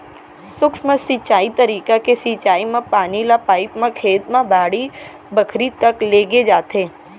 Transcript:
सूक्ष्म सिंचई तरीका के सिंचई म पानी ल पाइप म खेत म बाड़ी बखरी तक लेगे जाथे